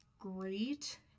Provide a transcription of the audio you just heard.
great